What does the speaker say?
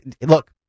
Look